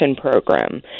program